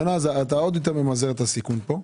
בכך ממזערים את הסיכון.